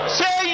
say